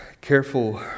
careful